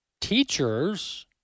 Teachers